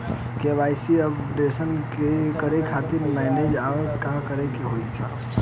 KYC updation करें खातिर message आवत ह का करे के होई साहब?